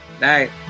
Night